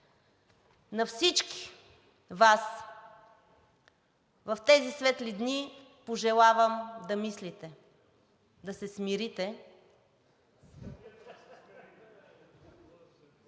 На всички Вас в тези светли дни пожелавам да мислите, да се смирите…